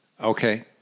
okay